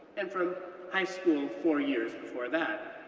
and from high school four years before that.